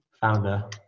Founder